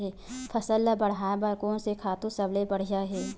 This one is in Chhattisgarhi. फसल ला बढ़ाए बर कोन से खातु सबले बढ़िया हे?